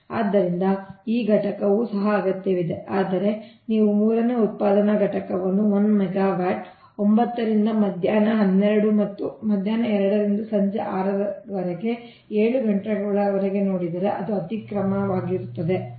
ಆದ್ದರಿಂದ ಈ 2 ಘಟಕವೂ ಸಹ ಅಗತ್ಯವಿದೆ ಆದರೆ ನೀವು ಮೂರನೇ ಉತ್ಪಾದನಾ ಘಟಕವನ್ನು 1 ಮೆಗಾವ್ಯಾಟ್ 9 ರಿಂದ ಮಧ್ಯಾಹ್ನ 12 ಮತ್ತು ಮಧ್ಯಾಹ್ನ 2 ರಿಂದ ಸಂಜೆ 6 ರವರೆಗೆ 7 ಗಂಟೆಗಳವರೆಗೆ ನೋಡಿದರೆ ಅದು ಅತಿಕ್ರಮಿಸುತ್ತಿದೆ ಎಂದರ್ಥ